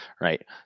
right